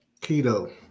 keto